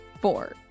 Four